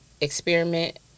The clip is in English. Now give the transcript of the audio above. experiment